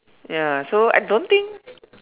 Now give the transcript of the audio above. ya so I don't think